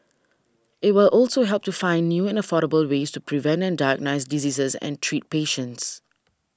it will also help to find new and affordable ways to prevent and diagnose diseases and treat patients